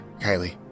Kylie